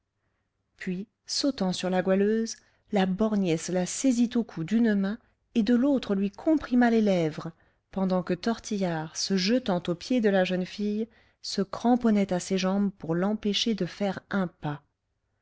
puis sautant sur la goualeuse la borgnesse la saisit au cou d'une main et de l'autre lui comprima les lèvres pendant que tortillard se jetant aux pieds de la jeune fille se cramponnait à ses jambes pour l'empêcher de faire un pas